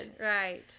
right